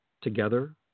Together